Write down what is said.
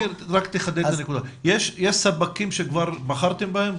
יש ספקים שכבר בחרתם בהם?